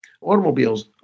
automobiles